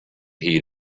heat